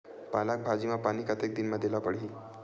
पालक भाजी म पानी कतेक दिन म देला पढ़ही?